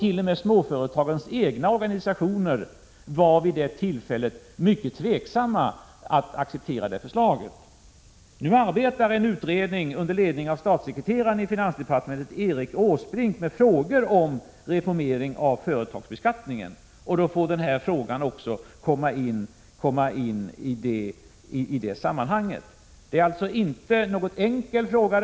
T. o. m. småföretagens egna organisationer var då mycket tveksamma till att acceptera förslaget. Nu arbetar en utredning under ledning av statssekreteraren i finansdepartementet Erik Åsbrink med frågor om reformering av företagsbeskattningen. I det sammanhanget får också denna fråga tas upp. Det är inte någon enkel fråga.